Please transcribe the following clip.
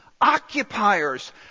Occupiers